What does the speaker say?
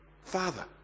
father